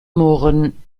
murren